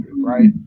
Right